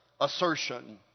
assertion